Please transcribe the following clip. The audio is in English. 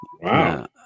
Wow